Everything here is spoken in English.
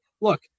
Look